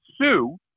sue